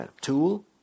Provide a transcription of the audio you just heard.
tool